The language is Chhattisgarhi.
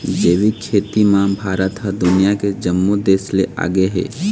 जैविक खेती म भारत ह दुनिया के जम्मो देस ले आगे हे